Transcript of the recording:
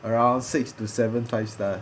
around six to seven five star